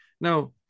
Now